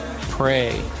Pray